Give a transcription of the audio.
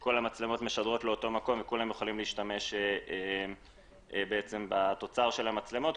כל המצלמות משדרות לאותו מקום וכולם יכולים להשתמש בתוצר של המצלמות,